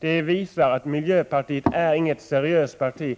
visar att miljöpartiet inte är något seriöst parti.